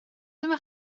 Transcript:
dyma